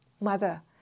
mother